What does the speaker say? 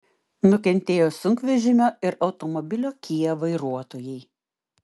nukentėjo sunkvežimio ir automobilio kia vairuotojai